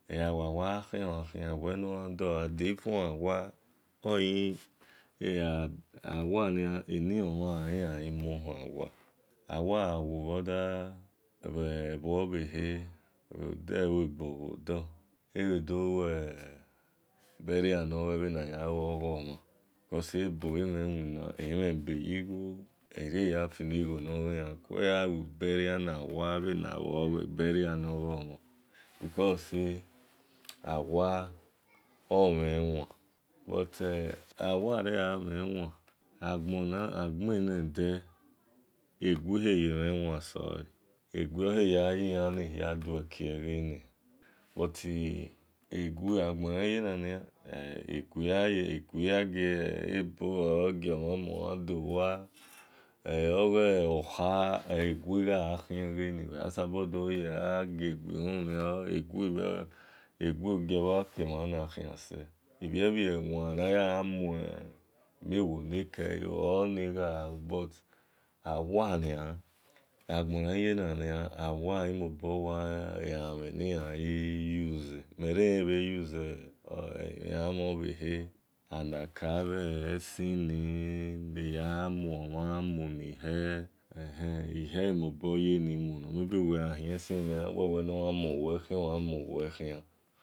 Eghawenode ode ebven awa enio mhan eghimuhian away egha we noghade oghade eghawe noghakhian oghakhian awa gha wu bhi de luebo mbode elue burial mhe neya luoghomhan because ebo mhen beyigho lu ebomhenwina agha lue burial bhe na luoghomhan iriaya filighokua eghalueburial nawa bhe-na lughomhan because say awa omhen wan awa-remhen wan egue saye mhen wan sole igue seye mhen wan sole but eghia-ghi-ye nania weyan sabo-ghie gui uhumu oghagbonede okha egui akhin egeni egui jobho-yanke mhana khia se ibhie bhie wan no yaghamue emiowo nekele oghalu but awa nia agbonaghiye nanian awa ghi mobor elamhen niyan ghi use mhen relenghe euse elamhen obhehe like abhe esini ihe emoboyoni mu